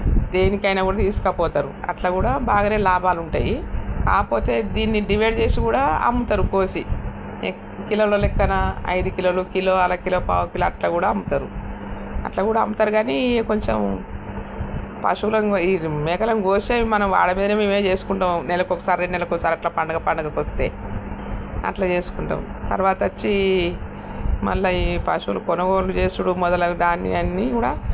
దేనికైనా కూడా తీసుకొపోతారు అలా కూడా బాగనే లాభాలు ఉంటాయి కాకపోతే దీన్ని డివైడ్ చేసి కూడా అమ్ముతారు కోసి కిలోల లెక్కన ఐదు కిలోలు కిలో అరకిలో పావుకిలో అలా కూడా అమ్ముతారు అలా కూడా అమ్ముతారు కానీ ఇంకా కొంచెం పశువులను కో ఇది మేకలను కోసి అవి మనం వాటి మీదనే మేమే చేసుకుంటాం నెలకి ఒకసారి రెండు నెలలకి ఒకసారి అలా పండగక్కి పండగక్కి వస్తే అలా చేసుకుంటాం తర్వాత వచ్చి మళ్ళీ ఈ పశువులు కొనుగోలు చేయడం మొదలగు ధాన్యాన్ని కూడా